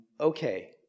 Okay